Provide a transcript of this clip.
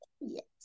yes